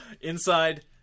Inside